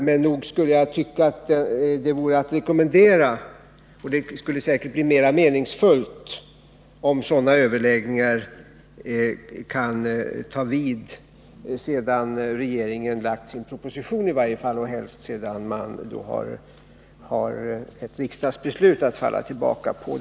Men nog tycker jag att det vore att rekommendera — det skulle säkerligen bli mera meningsfullt — att sådana överläggningar tar vid sedan regeringen lagt fram sin proposition i varje fall och helst sedan man har ett riksdagsbeslut att falla tillbaka på.